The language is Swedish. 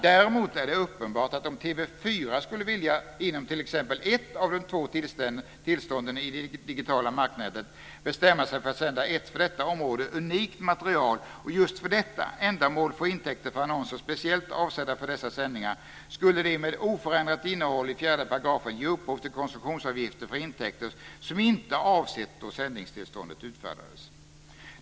Däremot är det uppenbart att om TV 4, inom t.ex. ett av de två tillstånden i det digitala marknätet, skulle bestämma sig för att sända ett för detta område unikt material och just för detta ändamål få intäkter för annonser speciellt avsedda för dessa sändningar, skulle det, med oförändrat innehåll i 4 §, ge upphov till koncessionsavgifter för intäkter som inte avsetts då sändningstillståndet utfärdades.